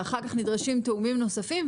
ואחר כך נדרשים תיאומים נוספים,